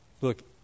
Look